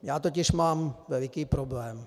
Já totiž mám veliký problém.